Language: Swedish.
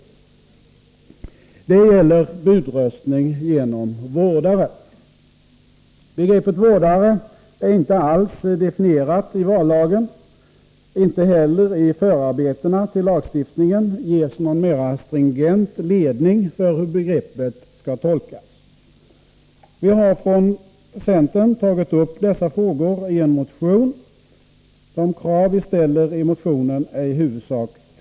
Det gäller budröstning genom vårdare. Begreppet vårdare är inte alls definierat i vallagen. Inte heller i förarbetena till lagstiftningen ges någon mera stringent ledning för hur begreppet skall tolkas. Vi från centern har tagit upp dessa frågor i en motion. De krav vi ställer i motionen är i huvudsak två.